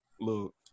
Look